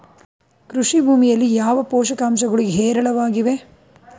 ಕೃಷಿ ಭೂಮಿಯಲ್ಲಿ ಯಾವ ಪೋಷಕಾಂಶಗಳು ಹೇರಳವಾಗಿವೆ?